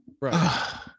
right